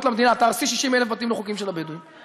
למדינה: תהרסי 60,000 בתים לא חוקיים של הבדואים.